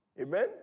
Amen